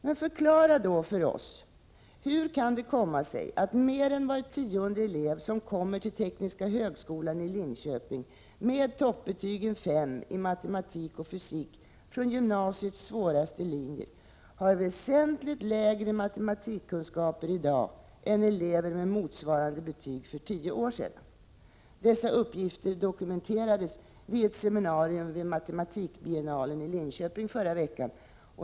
Men hur kan det då komma sig att mer än var tionde elev som kommer till Tekniska högskolan i Linköping med toppbetygen Si matematik och fysik från gymnasiets svåraste linjer har väsentligt lägre matematikkunskaper i dag än elever för tio år sedan hade med motsvarande betyg? Dessa uppgifter dokumenterades vid ett seminarium vid matematikbiennalen i Linköping förra veckan.